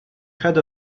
head